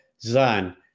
Zan